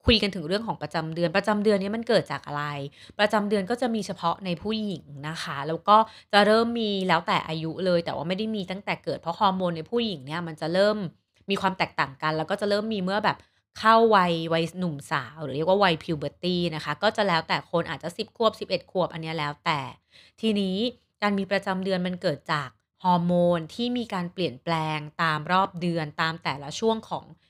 คุยกันถึงเรื่องของประจำเดือน ประจำเดือนเนี่ยมันเกิดจากอะไร? ประจำเดือนก็จะมีเฉพาะในผู้หญิงนะคะ แล้วก็จะเริ่มมีแล้วแต่อายุเลย แต่ว่าไม่ได้มีตั้งแต่เกิดเพราะฮอร์โมนในผู้หญิงเนี่ยมันจะเริ่มมีความแตกต่างกัน แล้วก็จะเริ่มมีเมื่อแบบเข้าวัย- วัยหนุ่มสาวหรือเรียกว่าวัย puberty นะคะ ก็จะแล้วแต่คนอาจจะ 10 ขวบ 11 ขวบ อันเนี้ยแล้วแต่ ทีนี้การมีประจำเดือนมันเกิดจากฮอร์โมนที่มีการเปลี่ยนแปลงตามรอบเดือนตามแต่ละช่วงของ